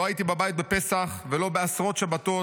לא הייתי בבית בפסח ולא בעשרות שבתות.